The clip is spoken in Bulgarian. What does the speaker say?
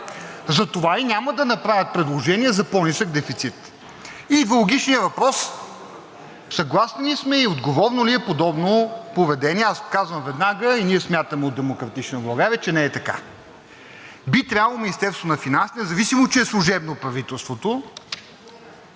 Затова и няма да направят предложение за по-нисък дефицит. Идва логичният въпрос: съгласни ли сме и отговорно ли е подобно поведение? Аз казвам веднага, и ние смятаме от „Демократична България“, че не е така. Би трябвало Министерството на финансите, независимо че е служебно правителството,